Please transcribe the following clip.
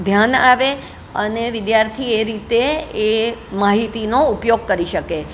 ધ્યાન આવે અને વિધ્યાર્થી એ રીતે એ માહિતીનો ઉપયોગ કરી શકે